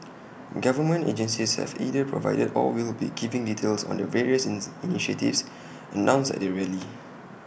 government agencies have either provided or will be giving details on the various initiatives announced at the rally